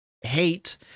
hate